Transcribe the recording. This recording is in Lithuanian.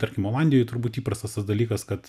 tarkim olandijoj turbūt įprastas dalykas kad